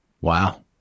Wow